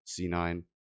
C9